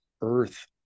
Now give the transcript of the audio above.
earth